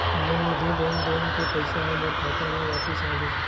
मोर निधि लेन देन के पैसा हा मोर खाता मा वापिस आ गे